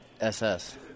SS